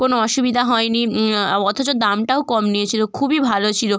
কোনো অসুবিধা হয় নি অথচ দামটাও কম নিয়েছিলো খুবই ভালো ছিলো